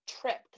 tripped